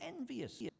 envious